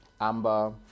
Amber